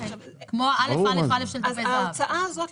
ההוצאה הזאת,